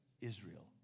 Israel